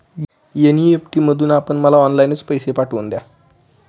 NEFT मधून आपण मला ऑनलाईनच पैसे पाठवून द्या